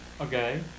Okay